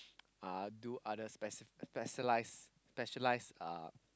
uh do other speci~ specialise specialised uh